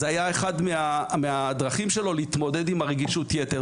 זו הייתה אחת מהדרכים שלו להתמודד עם רגישות היתר,